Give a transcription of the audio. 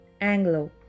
anglo